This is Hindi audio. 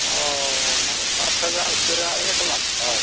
और माने पाँच हज़ार से आ एक लाख तक